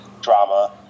drama